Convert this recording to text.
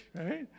right